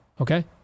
Okay